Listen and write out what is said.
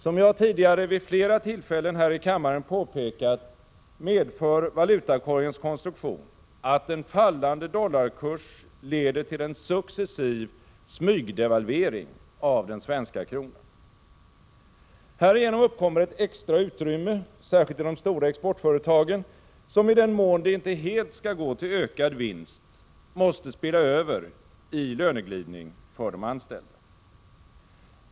Som jag tidigare vid flera tillfällen här i kammaren påpekat medför valutakorgens konstruktion att en fallande dollarkurs leder till en successiv smygdevalvering av den svenska kronan. Härigenom uppkommer ett extra utrymme, särskilt i de stora exportföretagen, som i den mån det inte helt skall gå till ökad vinst måste spilla över i löneglidning för de anställda.